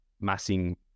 massing